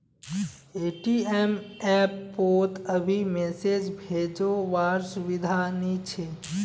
ATM app पोत अभी message भेजो वार सुविधा नी छे